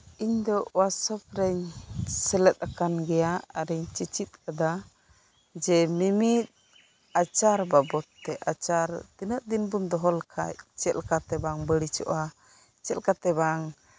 ᱤᱧ ᱫᱚ ᱳᱣᱟᱨᱠᱥᱚᱯ ᱨᱮᱧ ᱥᱮᱞᱮᱫ ᱟᱠᱟᱱ ᱜᱮᱭᱟ ᱟᱨᱮᱧ ᱪᱮᱪᱮᱫ ᱠᱟᱫᱟ ᱡᱮ ᱢᱤᱢᱤᱫ ᱟᱪᱟᱨ ᱵᱟᱵᱚᱛ ᱛᱮ ᱟᱪᱟᱨ ᱛᱤᱱᱟᱹᱜ ᱫᱤᱱ ᱵᱚᱱ ᱫᱚᱦᱚ ᱞᱮᱠᱷᱟᱡ ᱪᱮᱜ ᱞᱮᱠᱟᱛᱮ ᱵᱟᱝ ᱵᱟᱲᱤᱡᱚᱜᱼᱟ ᱪᱮᱜ ᱞᱮᱠᱟᱛᱮ ᱵᱟᱝ